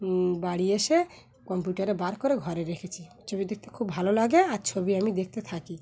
বাড়ি এসে কম্পিউটারে বার করে ঘরে রেখেছি ছবি দেখতে খুব ভালো লাগে আর ছবি আমি দেখতে থাকি